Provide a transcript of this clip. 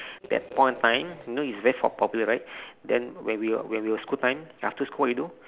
that point of time you know is ve~ for popular right then when we were school time after school what we do